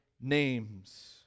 names